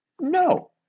No